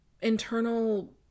internal